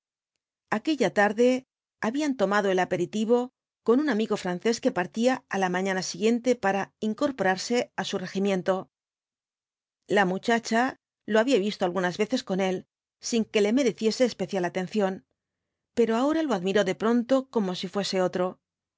aquella tarde habían tomado el aperitivo con un amigo francés que partía á la mañana siguiente para incorporarse á su regimiento la muchacha lo había visto algunas veces con él sin que le mereciese especial atención pero ahora lo admiró de pronto como si fuese otro